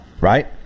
right